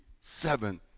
seven